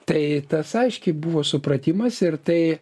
tai tas aiškiai buvo supratimas ir tai